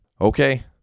Okay